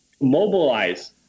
mobilize